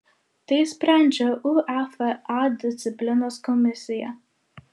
tai sprendžia uefa disciplinos komisija